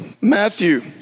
Matthew